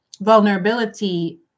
vulnerability